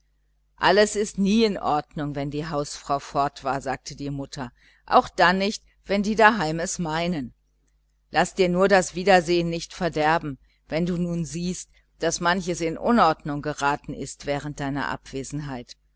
alles ist nie in ordnung wenn die hausfrau fort war sagte die mutter auch dann nicht wenn die daheim es meinen laß dir nur das wiedersehen nicht verderben wenn du nun siehst daß manches in unordnung geraten ist während deiner abwesenheit